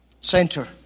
center